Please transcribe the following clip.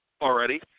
already